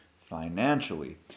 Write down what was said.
financially